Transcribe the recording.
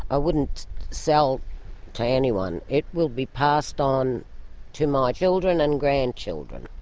i wouldn't sell to anyone. it will be passed on to my children and grandchildren.